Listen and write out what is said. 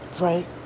Right